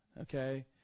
Okay